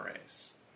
race